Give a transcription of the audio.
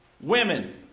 women